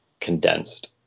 Condensed